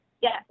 yes